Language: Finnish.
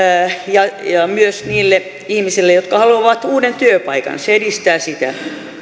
ja myös niille ihmisille jotka haluavat uuden työpaikan se edistää sitä